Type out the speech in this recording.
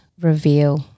reveal